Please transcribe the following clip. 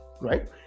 right